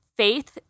faith